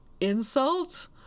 insult